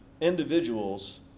individuals